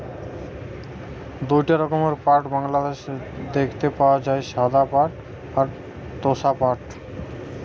দুইটা রকমের পাট বাংলাদেশে দেখতে পাওয়া যায়, সাদা পাট আর তোষা পাট